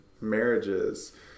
marriages